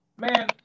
Man